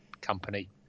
company